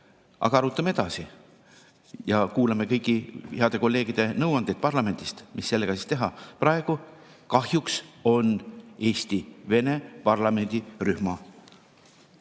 Aga arutame edasi ja kuulame kõigi heade kolleegide nõuandeid parlamendist, mis sellega siis teha. Praegu kahjuks on Eesti-Vene parlamendirühma